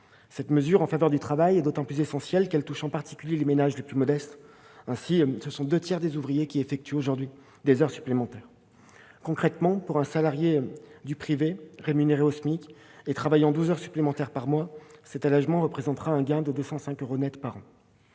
Cette mesure en faveur du travail est d'autant plus essentielle qu'elle touche les ménages les plus modestes, en particulier. Aujourd'hui, ce sont des ouvriers qui effectuent deux tiers des heures supplémentaires. Concrètement, pour un salarié du secteur privé rémunéré au SMIC et travaillant douze heures supplémentaires par mois, cet allégement représentera un gain de 205 euros nets par an.